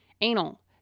anal